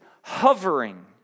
hovering